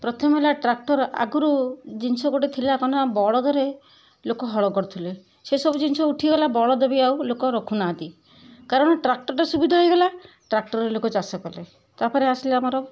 ପ୍ରଥମେ ହେଲା ଟ୍ରାକ୍ଟର ଆଗରୁ ଜିନିଷ ଗୋଟେ ଥିଲା କ'ଣ ନା ବଳଦରେ ଲୋକ ହଳ କରୁଥିଲେ ସେସବୁ ଜିନିଷ ଉଠିଗଲା ବଳଦ ବି ଆଉ ଲୋକ ରଖୁନାହାନ୍ତି କାରଣ ଟ୍ରାକ୍ଟରଟା ସୁବିଧା ହେଇଗଲା ଟ୍ରାକ୍ଟରରେ ଲୋକ ଚାଷ କଲେ ତା'ପରେ ଆସିଲା ଆମର